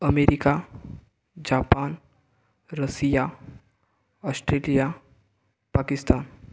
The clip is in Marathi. America Japan Russia Australia Pakistan